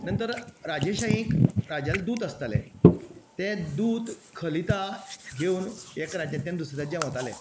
नंतर राजेशाहीक राजाले दुत आसताले ते दुत खलिता घेवन एक राज्यातल्यान दुसऱ्या राज्यांक वताले